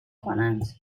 کنند